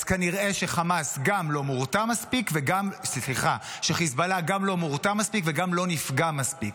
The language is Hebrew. אז כנראה שחיזבאללה גם לא מורתע מספיק וגם לא נפגע מספיק.